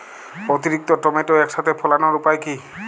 অতিরিক্ত টমেটো একসাথে ফলানোর উপায় কী?